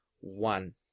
one